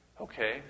Okay